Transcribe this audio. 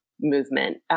movement